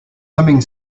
humming